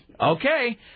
Okay